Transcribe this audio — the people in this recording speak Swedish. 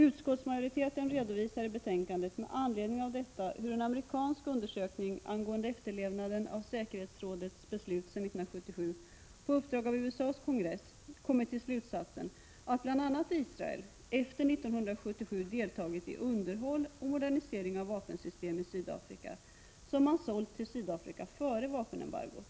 Utskottsmajoriteten redovisar med anledning av detta att en amerikansk undersökning, på uppdrag av USA:s kongress, angående efterlevnaden av säkerhetsrådets beslut 1977 har kommit till slutsatsen att bl.a. Israel efter 1977 har deltagit i underhåll och modernisering av vapensystem i Sydafrika som sålts till Sydafrika före vapenembargot.